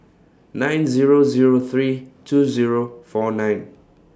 nine Zero Zero three two Zero four nine